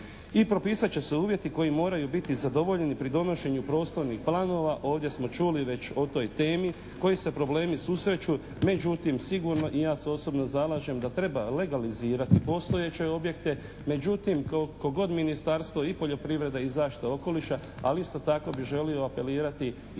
i propisat će se uvjeti koji moraju biti zadovoljeni pri donošenju prostornih planova. Ovdje smo čuli već o toj temi koji se problemi susreću međutim sigurno i ja se zalažem da treba legalizirati postojeće objekte. Međutim, tko god Ministarstvo i poljoprivrede i zaštite okoliša ali isto tako bi želi apelirati i na